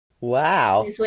Wow